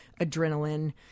adrenaline